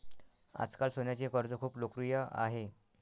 आजकाल सोन्याचे कर्ज खूप लोकप्रिय आहे